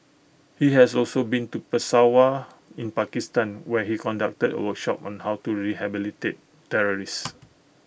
he has also been to Peshawar in Pakistan where he conducted A workshop on how to rehabilitate terrorists